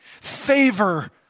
Favor